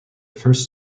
first